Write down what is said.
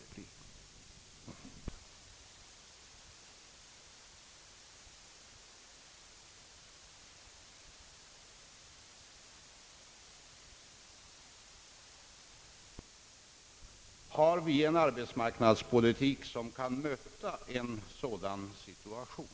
Den fråga som jag då har anledning att ställa mig är: Har vi en arbetsmarknadspolitik som kan möta en sådan situation?